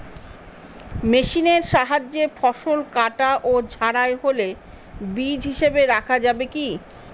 মেশিনের সাহায্যে ফসল কাটা ও ঝাড়াই হলে বীজ হিসাবে রাখা যাবে কি?